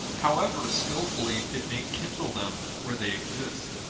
however skillfully it may kindle them where they exist.